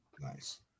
nice